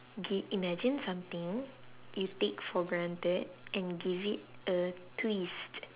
okay imagine something you take for granted and give it a twist